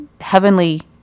heavenly